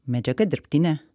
medžiaga dirbtinė